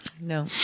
No